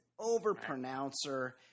overpronouncer